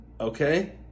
Okay